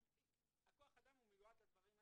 כוח האדם מיועד לדברים האלה.